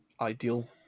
ideal